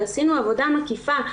ועשינו עבודה מקיפה,